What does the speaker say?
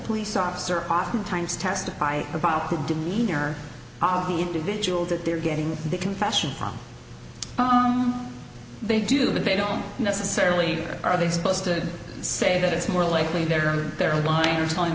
police officer oftentimes testify about the demeanor of the individual that they're getting the confession they do but they don't necessarily are they supposed to say that it's more likely they're on their line or telling